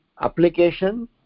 application